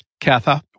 Katha